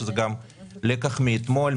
שזה לקח מאתמול,